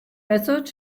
method